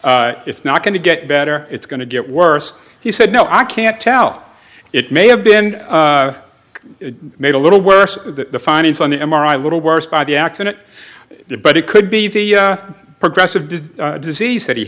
it it's not going to get better it's going to get worse he said no i can't tell it may have been made a little worse the findings on the m r i little worse by the accident but it could be the progressive disease disease that he